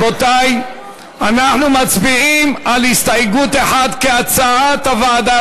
אנחנו מצביעים על סעיף 1 כהצעת הוועדה.